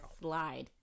slide